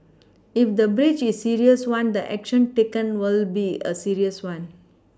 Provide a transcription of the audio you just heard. if the breach is a serious one the action taken will be a serious one